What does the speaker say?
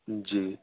जी